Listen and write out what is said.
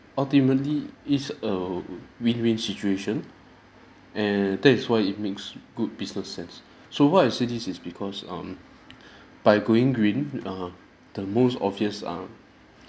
ultimately it's a win-win situation and that is why it makes good business sense so why I say this is because um by going green uh the most obvious uh